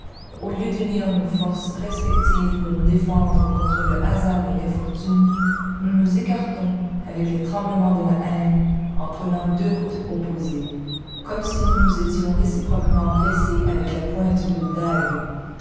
au lieu d'unir nos forces respectives pour nous défendre contre le hasard et l'infortune nous nous écartons avec le tremblement de la haine en prenant deux routes opposées comme si nous nous étions réciproquement blessés avec la pointe d'une dague